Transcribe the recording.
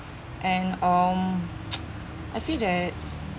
and um I feel that